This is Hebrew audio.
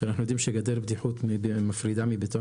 שאנחנו יודעים שגדר הבטיחות הוא מפרידה מבטון